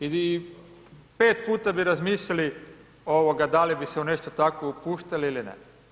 I pet puta bi razmislili da li bi se u nešto takvo upuštali ili ne.